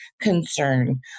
concern